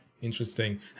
Interesting